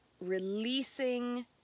releasing